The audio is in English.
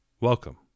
Welcome